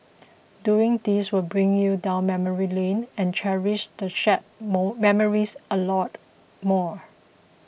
doing this will bring you down memory lane and cherish the shared more memories a lot more